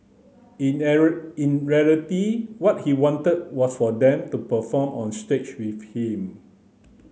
in in reality what he wanted was for them to perform on stage with him